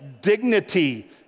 dignity